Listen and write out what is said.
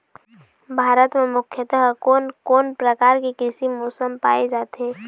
भारत म मुख्यतः कोन कौन प्रकार के कृषि मौसम पाए जाथे?